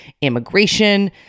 immigration